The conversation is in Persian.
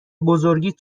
بزرگیت